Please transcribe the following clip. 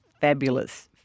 fabulous